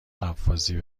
غواصی